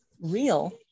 real